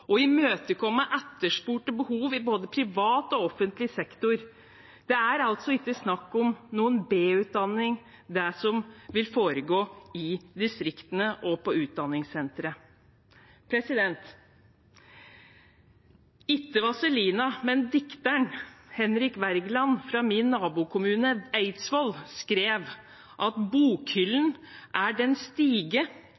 imøtekomme etterspurte behov i både privat og offentlig sektor. Det er altså ikke snakk om noen b-utdanning, det som vil foregå i distriktene og på utdanningssentrene. Det var ikke Vazelina, men dikteren Henrik Wergeland, fra min nabokommune, Eidsvoll, som skrev: